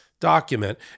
document